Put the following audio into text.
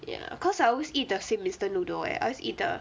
ya cause I always eat the same instant noodle eh I always eat the